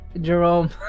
Jerome